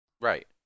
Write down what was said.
Right